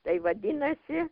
tai vadinasi